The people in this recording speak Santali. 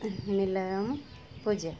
ᱱᱤᱞᱟᱹᱢ ᱯᱩᱡᱟ